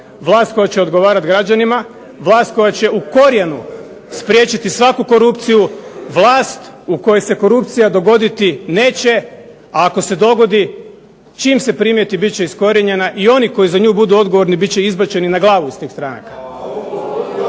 vlast koja će odgovarati građanima, vlast koja će u korijenu spriječiti svaku korupciju, vlast u kojoj se korupcija dogoditi neće, a ako se dogodi čim se primijeti bit će iskorijenjena i oni koji za nju budu odgovorni bit će izbačeni na glavu iz tih stranaka.